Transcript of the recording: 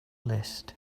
list